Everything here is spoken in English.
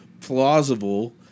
plausible